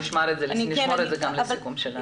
בוא נשמור את זה גם לסיכום שלנו.